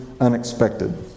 unexpected